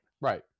right